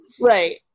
Right